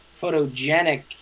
photogenic